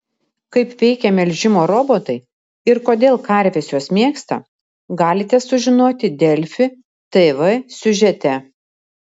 kaip veikia melžimo robotai ir kodėl karves juos mėgsta galite sužinoti delfi tv siužete